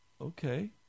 Okay